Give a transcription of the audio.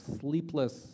sleepless